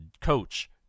Coach